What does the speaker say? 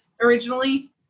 originally